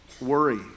worry